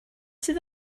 sydd